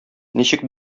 ничек